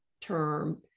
term